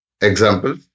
Example